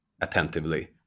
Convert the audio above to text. attentively